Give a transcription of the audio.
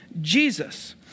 Jesus